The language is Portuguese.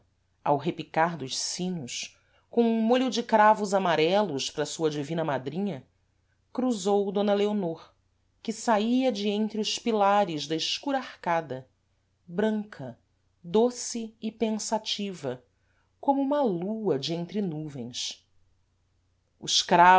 ao repicar dos sinos com um mólho de cravos amarelos para a sua divina madrinha cruzou d leonor que saía de entre os pilares da escura arcada branca doce e pensativa como uma lua de entre nuvens os